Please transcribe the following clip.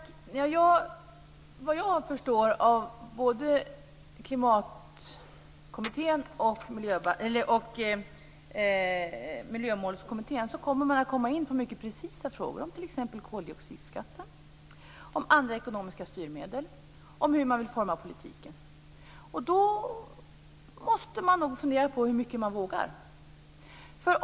Fru talman! Såvitt jag förstår av både Klimatkommittén och Miljömålskommittén kommer man att komma in på mycket precisa frågor om t.ex. koldioxidskatten, om andra ekonomiska styrmedel och om hur man vill forma politiken. Då måste man nog fundera på hur mycket man vågar.